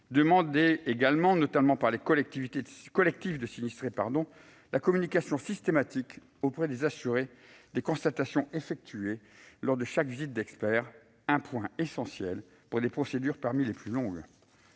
demande, exprimée notamment par les collectifs de sinistrés, a été exaucée : la communication systématique auprès des assurés des constatations effectuées lors de chaque visite d'experts ; c'est un point essentiel pour des procédures parmi les plus longues.